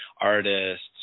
artists